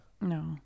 No